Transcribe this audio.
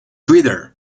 twitter